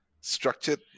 structured